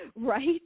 right